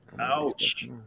Ouch